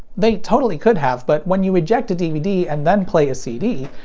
they totally could have, but when you eject a dvd and then play a cd,